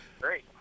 great